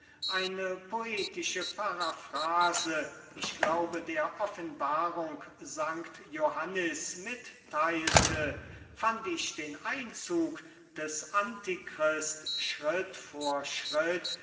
eine poetische paraphrase ich glaube der offenbarung sankt johannis mitteilte fand ich den einzug des antichrist schritt vor schritt